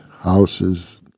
houses